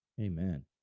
Amen